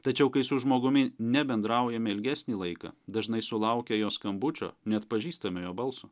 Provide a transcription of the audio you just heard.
tačiau kai su žmogumi nebendraujame ilgesnį laiką dažnai sulaukę jo skambučio neatpažįstame jo balso